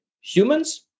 humans